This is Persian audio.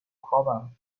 خوابم